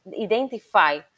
identify